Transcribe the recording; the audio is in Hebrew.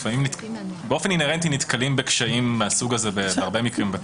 באופן אינהרנטי נתקלים בקשיים מהסוג הזה בהרבה מקרים בבתי